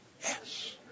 Yes